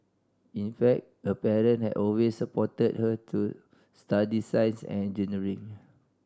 in fact her parent had always supported her to study science and engineering